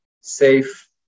safe